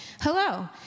Hello